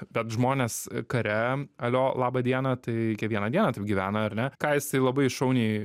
bet žmonės kare alio laba diena tai kiekvieną dieną taip gyvena ar ne ką jisai labai šauniai